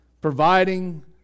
providing